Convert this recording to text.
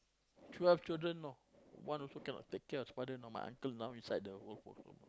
twelve children know one also cannot take care of his father now my uncle now inside the old folks home